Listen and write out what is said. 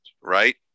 Right